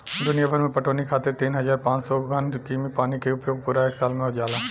दुनियाभर में पटवनी खातिर तीन हज़ार पाँच सौ घन कीमी पानी के उपयोग पूरा एक साल में हो जाला